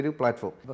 platform